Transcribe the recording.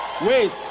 Wait